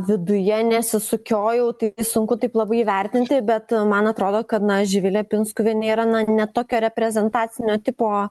viduje nesisukiojau tai sunku taip labai įvertinti bet man atrodo kad na živilė pinskuvienė yra na ne tokio reprezentacinio tipo